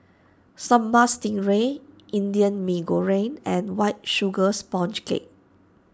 Sambal Stingray Indian Mee Goreng and White Sugar Sponge Cake